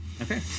Okay